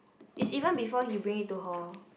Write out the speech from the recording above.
it's even before he bring it to hall